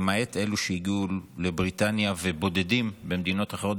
למעט אלו שהגיעו לבריטניה ובודדים במדינות אחרות